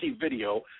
video